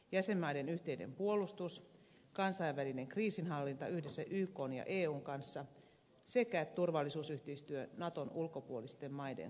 jäsenmaiden yhteinen puolustus kansainvälinen kriisinhallinta yhdessä ykn ja eun kanssa sekä turvallisuusyhteistyö naton ulkopuolisten maiden kanssa